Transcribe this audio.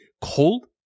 cold